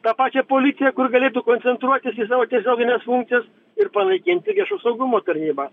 tą pačią policiją kur galėtų koncentruotis į savo tiesiogines funkcijas ir panaikinti viešo saugumo tarnybą